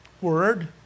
word